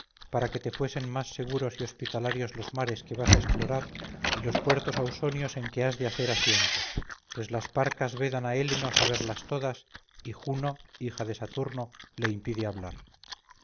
para que te fuesen más seguros y hospitalarios los mares que vas a explorar y los puertos ausonios en que has de hacer asiento pues las parcas vedan a héleno saberlas todas y juno hija de saturno le impide hablar